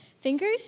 fingers